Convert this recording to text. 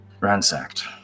ransacked